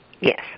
Yes